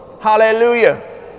hallelujah